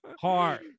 Hard